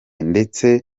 ndetse